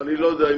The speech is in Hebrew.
אני לא יודע,